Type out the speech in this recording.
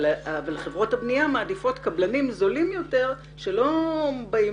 אבל חברות הבנייה מעדיפות קבלנים זולים יותר שלא באים